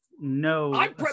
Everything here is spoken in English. no